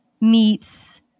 meets